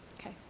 Okay